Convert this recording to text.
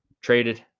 traded